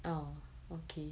oh okay